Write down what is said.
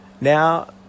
Now